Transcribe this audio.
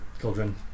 children